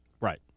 Right